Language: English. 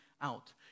out